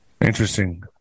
Interesting